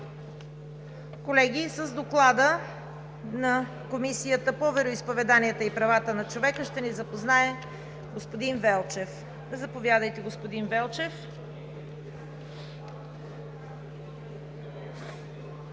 Колеги, с Доклада на Комисията по вероизповеданията и правата на човека ще ни запознае господин Велчев. Заповядайте, господин Велчев.